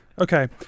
Okay